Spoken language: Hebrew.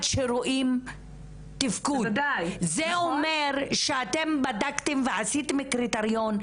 שרואים תפקוד - זה אומר שאתם בדקתם ועשיתם קריטריון,